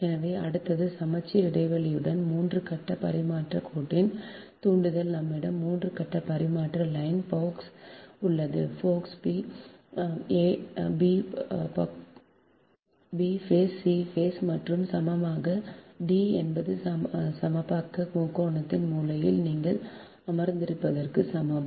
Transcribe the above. எனவே அடுத்தது சமச்சீர் இடைவெளியுடன் 3 கட்ட பரிமாற்றக் கோட்டின் தூண்டல் நம்மிடம் 3 கட்ட பரிமாற்றக் லைன் பஃபேஸ் உள்ளது a phase b phase c phase மற்றும் சமபக்க d அது சமபக்க முக்கோணத்தின் மூலையில் நீங்கள் அமர்ந்திருப்பதற்கு சமம்